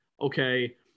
okay